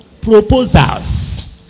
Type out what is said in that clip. Proposals